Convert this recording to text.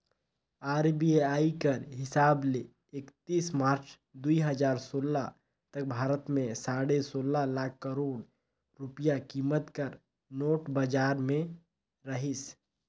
RBI कर हिसाब ले एकतीस मार्च दुई हजार सोला तक भारत में साढ़े सोला लाख करोड़ रूपिया कीमत कर नोट बजार में रहिस